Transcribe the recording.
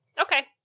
Okay